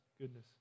goodness